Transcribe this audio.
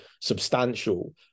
substantial